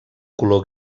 color